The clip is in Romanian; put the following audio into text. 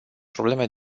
probleme